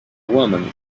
woman